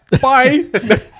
Bye